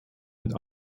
wird